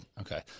Okay